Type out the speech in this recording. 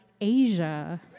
Asia